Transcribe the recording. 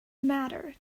matter